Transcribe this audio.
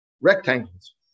rectangles